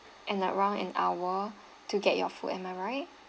in around an hour to get your food am I right